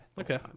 Okay